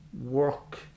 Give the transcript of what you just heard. work